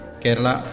Kerala